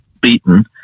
beaten